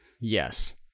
Yes